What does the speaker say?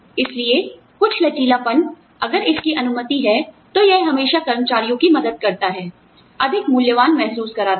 इसलिए कुछ लचीलापन अगर इसकी अनुमति है तो यह हमेशा कर्मचारियों की मदद करता है अधिक मूल्यवान महसूस कराता है